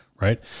right